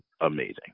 amazing